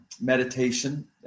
meditation